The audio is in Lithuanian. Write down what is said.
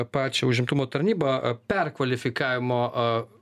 pačią užimtumo tarnybą perkvalifikavimo